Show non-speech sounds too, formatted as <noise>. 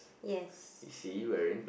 yes <breath>